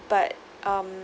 but um